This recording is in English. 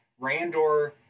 Randor